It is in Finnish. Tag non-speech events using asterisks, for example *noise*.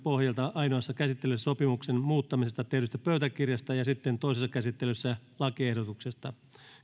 *unintelligible* pohjalta ainoassa käsittelyssä sopimuksen muuttamisesta tehdystä pöytäkirjasta ja sitten toisessa käsittelyssä lakiehdotuksesta